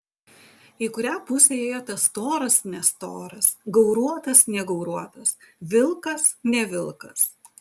į kurią pusę ėjo tas storas nestoras gauruotas negauruotas vilkas ne vilkas